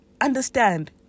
understand